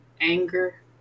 anger